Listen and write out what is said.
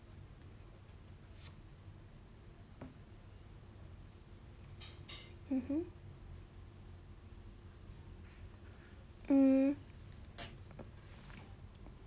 mmhmm mm